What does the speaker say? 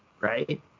right